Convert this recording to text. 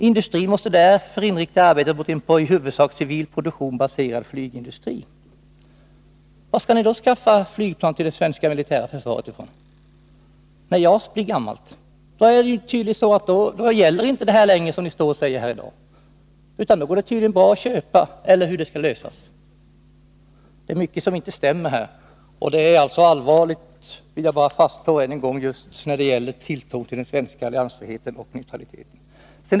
Industrin måste därför inrikta arbetet mot en på i huvudsak civil produktion baserad flygindustri.” Varifrån skall ni köpa flygplan till det svenska militära försvaret när JAS blir gammalt? Då gäller tydligen inte längre det som ni står här och säger i dag, utan då går det tydligen bra att köpa — eller hur det skall lösas. Det är mycket som inte stämmer här. Jag vill bara fastslå än en gång att detta är allvarligt just för tilltron till den svenska alliansfriheten och neutraliteten.